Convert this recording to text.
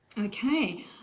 Okay